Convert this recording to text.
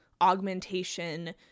augmentation